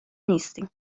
نیستین